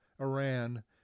Iran